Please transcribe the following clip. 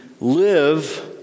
live